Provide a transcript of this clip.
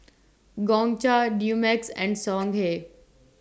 Gongcha Dumex and Songhe